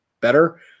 better